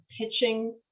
pitching